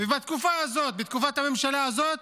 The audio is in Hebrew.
בתקופה הזאת, בתקופת הממשלה הזאת,